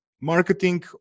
marketing